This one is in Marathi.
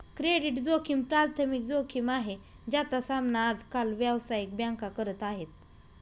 क्रेडिट जोखिम प्राथमिक जोखिम आहे, ज्याचा सामना आज काल व्यावसायिक बँका करत आहेत